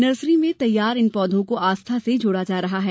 nursery में तैयार इन पौधों को आस्था से जोड़ा जा रहा है